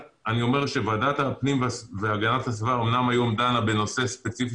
ועדת הפנים והגנת הסביבה אמנם דנה היום בנושא הספציפי